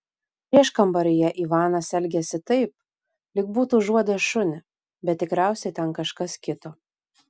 prieškambaryje ivanas elgėsi taip lyg būtų užuodęs šunį bet tikriausiai ten kažkas kito